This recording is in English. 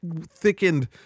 thickened